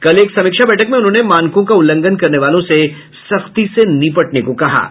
कल एक समीक्षा बैठक में उन्होंने मानकों का उल्लंघन करने वालों से सख्ती से निपटने को कहा है